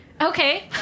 Okay